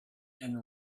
and